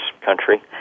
country